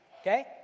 okay